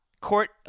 Court